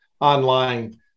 online